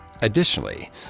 Additionally